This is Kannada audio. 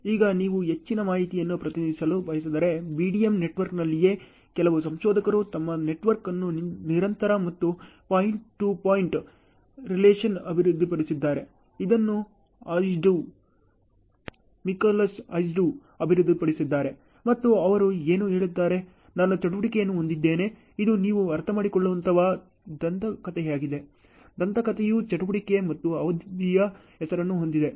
ಈಗ ನೀವು ಹೆಚ್ಚಿನ ಮಾಹಿತಿಯನ್ನು ಪ್ರತಿನಿಧಿಸಲು ಬಯಸಿದರೆ BDM ನೆಟ್ವರ್ಕ್ನಲ್ಲಿಯೇ ಕೆಲವು ಸಂಶೋಧಕರು ತಮ್ಮ ನೆಟ್ವರ್ಕ್ ಅನ್ನು ನಿರಂತರ ಮತ್ತು ಪಾಯಿಂಟ್ ಟು ಪಾಯಿಂಟ್ ರಿಲೇಶನ್ ಅಭಿವೃದ್ಧಿಪಡಿಸಿದ್ದಾರೆ ಇದನ್ನು ಹಜ್ದು ಮಿಕ್ಲೋಸ್ ಹಜ್ದು ಅಭಿವೃದ್ಧಿಪಡಿಸಿದ್ದಾರೆ ಮತ್ತು ಅವರು ಏನು ಹೇಳುತ್ತಾರೆ ನಾನು ಚಟುವಟಿಕೆಯನ್ನು ಹೊಂದಿದ್ದೇನೆ ಇದು ನೀವು ಅರ್ಥಮಾಡಿಕೊಳ್ಳುವಂತಹ ದಂತಕಥೆಯಾಗಿದೆ ದಂತಕಥೆಯು ಚಟುವಟಿಕೆ ಮತ್ತು ಅವಧಿಯ ಹೆಸರನ್ನು ಹೊಂದಿದೆ